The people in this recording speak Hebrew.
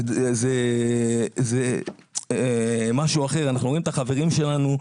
זה משהו אחר, אנחנו רואים את החברים שלנו,